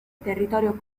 territorio